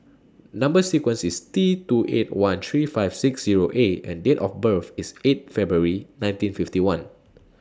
Number sequence IS T two eight one three five six Zero A and Date of birth IS eight February nineteen fifty one